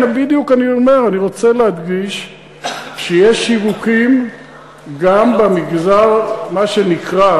הנה בדיוק אני אומר: אני רוצה להדגיש שיש שיווק גם במגזר מה שנקרא,